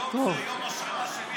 שהיום זה יום השנה של יחיא עיאש.